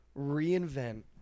reinvent